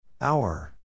Hour